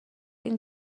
این